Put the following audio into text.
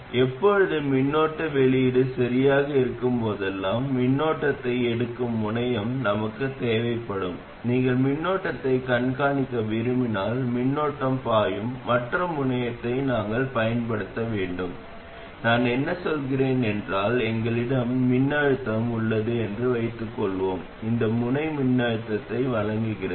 நாம் இங்கே என்ன செய்வோம் எங்களிடம் ஒரு குறிப்பிட்ட வடிகால் தற்போதைய ஐடி உள்ளது மேலும் அதை கொடுக்கப்பட்ட தற்போதைய மூலத்திற்கு சமமாக மாற்ற விரும்புகிறோம் மற்ற io உடன் குழப்பமடையாமல் இருக்க அதை அழைக்கிறேன் இந்த I1 ஐ அழைக்கிறேன் நாங்கள் அதை ஐடியை உருவாக்க விரும்புகிறோம் IDI1 இந்த இரண்டையும் ஒன்றாக இணைத்தோம் இதனால் வேறுபாடு ஒரு பரசடிக் மின்தேக்கியில் பாய்கிறது